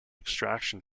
extraction